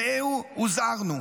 ראו הוזהרנו.